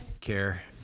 care